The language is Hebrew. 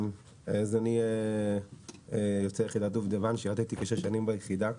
אני יוצא יחידת דובדבן, שירתתי כשש שנים ביחידה.